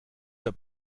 der